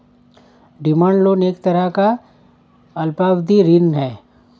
demand loan एक तरह का अल्पावधि ऋण है